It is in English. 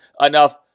enough